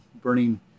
burning